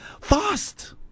fast